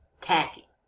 tacky